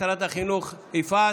שרת החינוך יפעת,